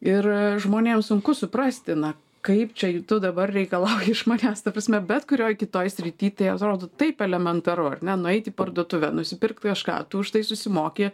ir žmonėms sunku suprasti na kaip čia ir tu dabar reikalauji iš manęs ta prasme bet kurioj kitoj srity tai atrodytų taip elementaru ar ne nueit į parduotuvę nusipirkt kažką tu už tai susimoki